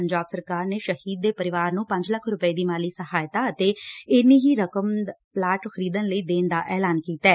ਪੰਜਾਬ ਸਰਕਾਰ ਨੇ ਸ਼ਹੀਦ ਦੇ ਪਰਿਵਾਰ ਨੰ ਪ ਲੱਖ ਰੁਪਏ ਦੀ ਮਾਲੀ ਸਹਾਇਤਾ ਅਤੇ ਏਨੀ ਹੀ ਰਕਮ ਪਲਾਟ ਖਰੀਦਣ ਲਈ ਦੇਣ ਦਾ ਐਲਾਨ ਕੀਤੈ